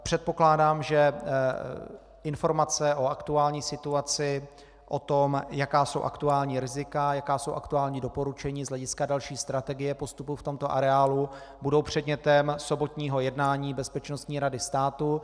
Předpokládám, že informace o aktuální situaci, o tom, jaká jsou aktuální rizika, jaká jsou aktuální doporučení z hlediska strategie postupu v tomto areálu, budou předmětem sobotního jednání Bezpečnostní rady státu.